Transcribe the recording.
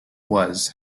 was